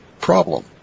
problem